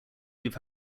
leave